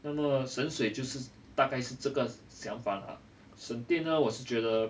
那么省水就是大概是这个想法啦省电呢我是觉得